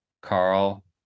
Carl